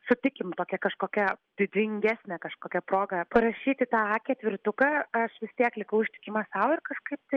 sutikim tokia kažkokia didingesnė kažkokia proga parašyti tą ketvirtuką aš vis tiek likau ištikima sau ir kažkaip